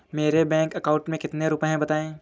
मेरे bank account में कितने रुपए हैं बताएँ?